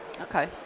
okay